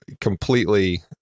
completely